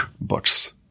books